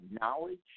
knowledge